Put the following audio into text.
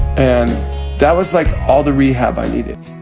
and that was like all the rehab i needed.